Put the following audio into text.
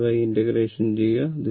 ദയവായി ഈ ഇന്റഗ്രേഷൻ ചെയ്യുക